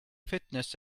fitness